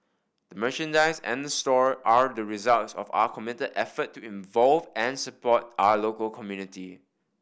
the merchandise and the store are the results of our committed effort to involve and support our local community